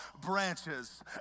branches